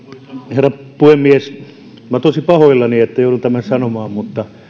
herra puhemies olen tosi pahoillani että joudun tämän sanomaan mutta